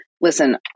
Listen